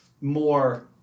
more